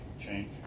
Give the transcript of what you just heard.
change